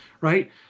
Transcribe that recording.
right